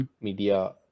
media